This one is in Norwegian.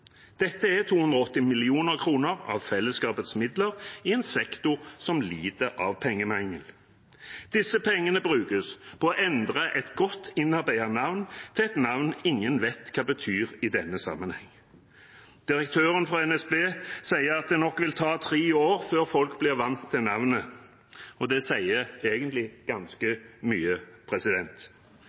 Dette er 280 mill. kr av fellesskapets midler i en sektor som lider av pengemangel. Disse pengene brukes på å endre et godt innarbeidet navn til et navn ingen vet hva betyr i denne sammenhengen. Direktøren for NSB sier at det nok vil ta tre år før folk blir vant til navnet, og det sier egentlig ganske mye.